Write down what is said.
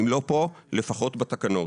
אם לא פה לפחות בתקנות.